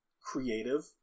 creative